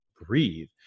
breathe